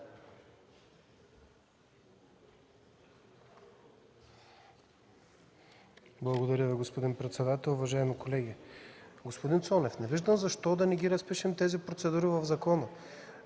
Благодаря, господин председател. Уважаеми колеги! Господин Цонев, не виждам защо да не разпишем тези процедури в закона?